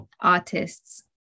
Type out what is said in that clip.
artists